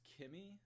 Kimmy